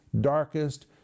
darkest